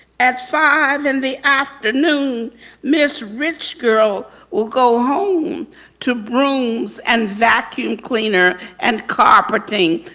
at five in the afternoon miss rich girl will go home to brooms, and vacuum cleaner, and carpeting,